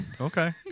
Okay